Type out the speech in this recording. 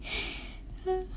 yeah